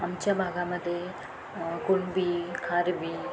आमच्या भागामध्ये कुणबी खारबी